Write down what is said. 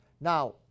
Now